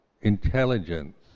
intelligence